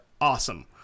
awesome